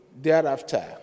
thereafter